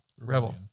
Rebel